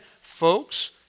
folks